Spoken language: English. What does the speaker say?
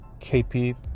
KP